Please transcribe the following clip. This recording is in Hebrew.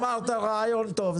אמרת שהרעיון טוב.